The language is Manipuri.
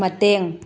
ꯃꯇꯦꯡ